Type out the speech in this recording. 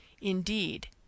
indeed